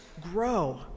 grow